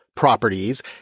properties